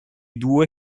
due